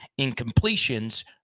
incompletions